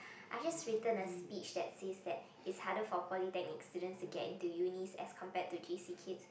I just written a speech that says that it's harder for polytechnic students to get into uni as compared to J_C kids